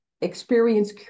experience